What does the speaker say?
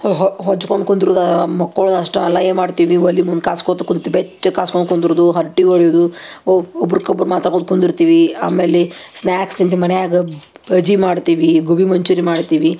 ಹೊಚ್ಕೊಂಡು ಕುಂದ್ರುದು ಮಕ್ಕೋಳುದು ಅಷ್ಟೇ ಅಲ್ಲ ಏನು ಮಾಡ್ತೀವಿ ಒಲೆ ಮುಂದೆ ಕಾಸ್ಕೋತ ಕುಂತು ಬೆಚ್ಚಗೆ ಕಾಸ್ಕೊಂತ ಕುಂದ್ರುದು ಹರ್ಟೆ ಹೊಡಿಯುವುದು ಒಬ್ರಗ್ ಒಬ್ಬರು ಮಾತಾಡ್ಕೋತ ಕುಂದಿರ್ತೀವಿ ಆಮೇಲೆ ಸ್ನಾಕ್ಸ್ ತಿಂತೀವಿ ಮನ್ಯಾಗ ಬಜ್ಜಿ ಮಾಡ್ತೀವಿ ಗೋಬಿ ಮಂಚೂರಿ ಮಾಡ್ತೀವಿ